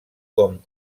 com